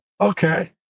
Okay